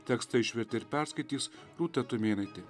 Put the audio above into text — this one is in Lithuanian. tekstą išvertė ir perskaitys rūta tumėnaitė